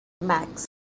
Max